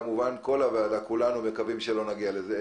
אנחנו כולנו מקווים שלא נגיע למצב הזה.